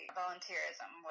volunteerism